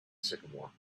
sycamore